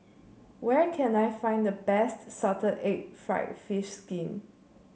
where can I find the best Salted Egg fried fish skin